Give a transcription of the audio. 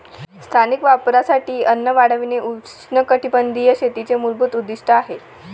स्थानिक वापरासाठी अन्न वाढविणे उष्णकटिबंधीय शेतीचे मूलभूत उद्दीष्ट आहे